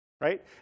right